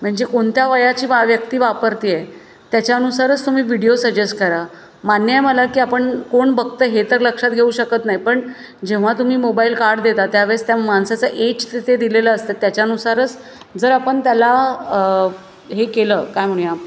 म्हणजे कोणत्या वयाची व्यक्ती वापरते आहे त्याच्यानुसारच तुम्ही व्हिडिओ सजेस्ट करा मान्य आहे मला की आपण कोण बघतं आहे हे तर लक्षात घेऊ शकत नाही पण जेव्हा तुम्ही मोबाईल कार्ड देता त्या वेळेस त्या माणसाचं एज तिथे दिलेलं असतं त्याच्यानुसारच जर आपण त्याला हे केलं काय म्हणू या